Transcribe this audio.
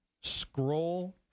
Scroll